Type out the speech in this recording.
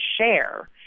share